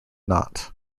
not